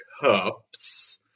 Cups